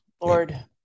Lord